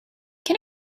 can